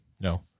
No